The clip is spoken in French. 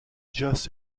jos